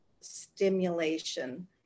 stimulation